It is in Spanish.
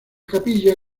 capilla